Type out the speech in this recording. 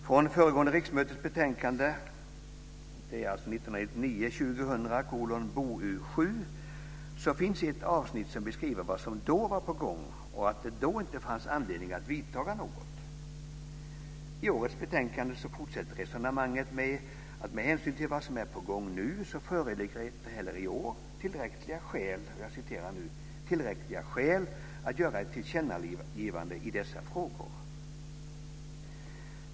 Från föregående riksmötes betänkande, 1999/2000:BoU7, finns ett avsnitt som beskriver vad som då var på gång och att det då inte fanns anledning att vidta några åtgärder. I årets betänkande fortsätter man resonemanget med att säga att med hänsyn till vad som är på gång föreligger inte heller i år "tillräckliga skäl att göra ett tillkännagivande i dessa frågor".